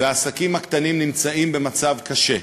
והעסקים הקטנים נמצאים במצב קשה.